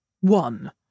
one